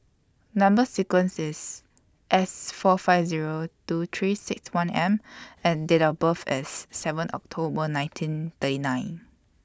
Number sequence IS S four five Zero two three six one M and Date of birth IS seven October nineteen thirty nine